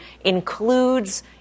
includes